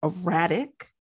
erratic